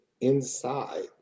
inside